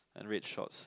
and red shorts